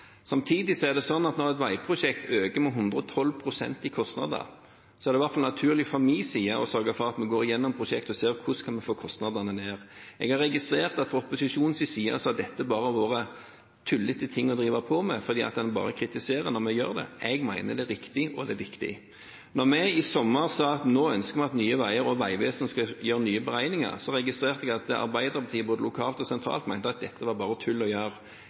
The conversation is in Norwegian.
Samtidig er det slik at når et veiprosjekt øker med 112 pst. i kostnader, er det i hvert fall naturlig fra min side å sørge for at vi går igjennom prosjektet og ser hvordan vi kan få kostnadene ned. Jeg har registrert at for opposisjonen har dette bare vært tullete ting å drive på med, for en har bare kritisert det når vi har gjort det. Jeg mener at det er riktig og viktig. Da vi i sommer sa at vi ønsket at Nye Veier og Vegvesenet skulle gjøre nye beregninger, registrerte jeg at Arbeiderpartiet, både lokalt og sentralt, mente at dette var bare tull å gjøre.